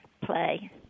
play